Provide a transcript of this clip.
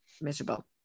miserable